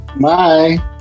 Bye